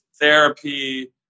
therapy